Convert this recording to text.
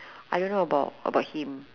I don't know about about him